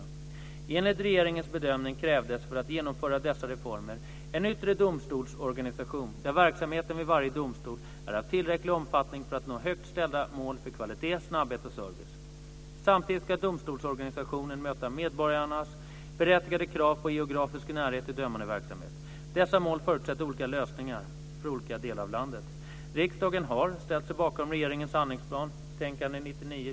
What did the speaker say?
Enligt regeringens bedömning krävdes för att genomföra dessa reformer en yttre domstolsorganisation, där verksamheten vid varje domstol är av tillräcklig omfattning för att nå högt ställda mål för kvalitet, snabbhet och service. Samtidigt ska domstolsorganisationen möta medborgarnas berättigade krav på geografisk närhet till dömande verksamhet. Dessa mål förutsätter olika lösningar för olika delar av landet.